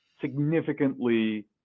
significantly